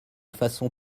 façon